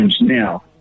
Now